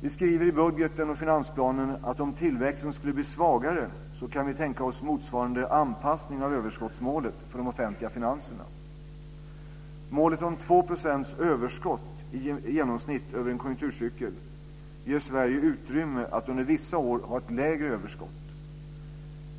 Vi skriver i budgeten och finansplanen att om tillväxten skulle bli svagare kan vi tänka oss motsvarande anpassning av överskottsmålet för de offentliga finanserna. Målet om 2 % överskott i genomsnitt över en konjunkturcykel ger Sverige utrymme att under vissa år ha ett lägre överskott.